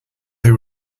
were